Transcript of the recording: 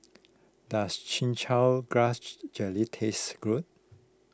does Chin Chow Grass Jelly taste good